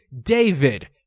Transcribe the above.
david